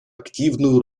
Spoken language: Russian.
активную